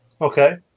Okay